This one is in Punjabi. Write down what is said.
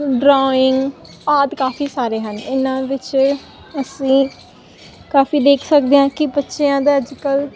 ਡਰਾਇੰਗ ਆਦਿ ਕਾਫੀ ਸਾਰੇ ਹਨ ਇਹਨਾਂ ਵਿੱਚ ਅਸੀਂ ਕਾਫੀ ਦੇਖ ਸਕਦੇ ਹਾਂ ਕਿ ਬੱਚਿਆਂ ਦਾ ਅੱਜ ਕੱਲ੍ਹ